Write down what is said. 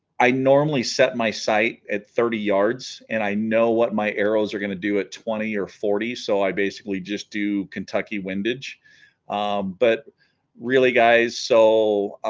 i normally set my sight at thirty yards and i know what my arrows are gonna do at twenty or forty so i basically just do kentucky windage but really guys so